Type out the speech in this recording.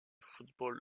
football